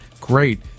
great